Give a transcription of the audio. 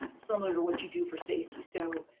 similar what you do for safety, so,